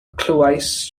clywais